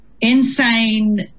insane